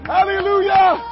Hallelujah